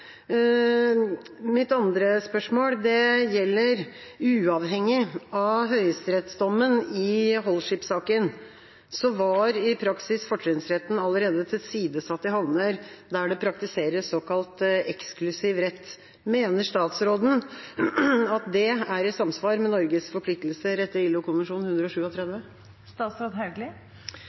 Mitt andre spørsmål gjelder: Uavhengig av høyesterettsdommen i Holship-saken var i praksis fortrinnsretten allerede tilsidesatt i havner der det praktiseres såkalt eksklusiv rett. Mener statsråden at det er i samsvar med Norges forpliktelser etter